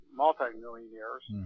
multi-millionaires